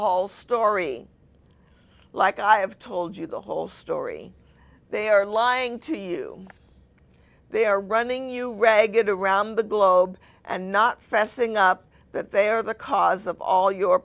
whole story like i have told you the whole story they are lying to you they are running you ragged around the globe and not fessing up that they are the cause of all your